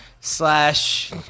slash